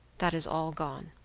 that is all gone.